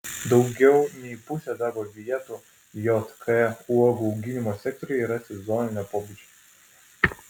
daugiau nei pusė darbo vietų jk uogų auginimo sektoriuje yra sezoninio pobūdžio